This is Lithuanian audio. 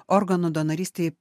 organų donorystei